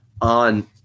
on